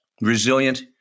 resilient